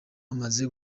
amaze